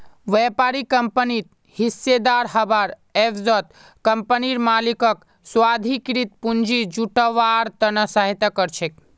व्यापारी कंपनित हिस्सेदार हबार एवजत कंपनीर मालिकक स्वाधिकृत पूंजी जुटव्वार त न सहायता कर छेक